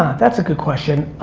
that's a good question.